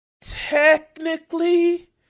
technically